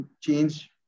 change